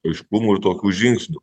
aiškumų ir tokių žingsnių